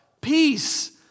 Peace